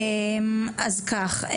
אז ככה,